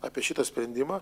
apie šitą sprendimą